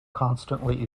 constantly